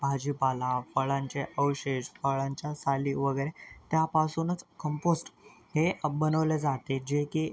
भाजीपाला फळांचे अवशेष फळांच्या साली वगैरे त्यापासूनच कंपोस्ट हे बनवले जाते जे की